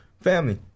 family